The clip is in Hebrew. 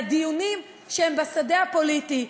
לדיונים שהם בשדה הפוליטי.